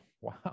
wow